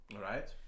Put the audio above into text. right